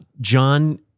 John